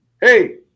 hey